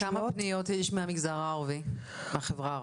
וכמה פניות יש מהחברה הערבית?